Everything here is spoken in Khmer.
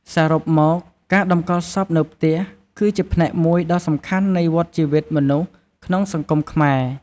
សរុបមក ការតម្កល់សពនៅផ្ទះ គឺជាផ្នែកមួយដ៏សំខាន់នៃវដ្តជីវិតមនុស្សក្នុងសង្គមខ្មែរ។